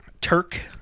Turk